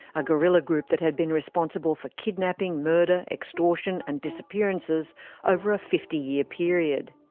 a guerrilla group that had been responsible for kidnapping, murder, extortion and disappearances over a fifty year period.